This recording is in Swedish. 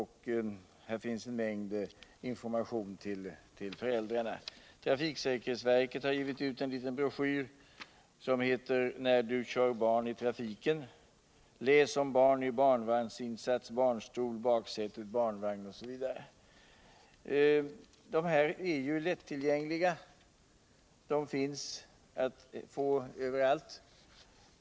Här finns också en mängd information till föräldrarna. Trafiksäkerhetsverket har givit ut en liten broschyr som heter När du kör barn i trafiken, läs om barn i barnvagnsinsats, barnstol, baksäte, barnvagn osv. Dessa är lättillgängliga — de finns att få överallt.